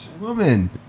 Woman